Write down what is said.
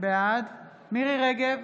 בעד מירי מרים רגב,